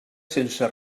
sense